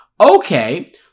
Okay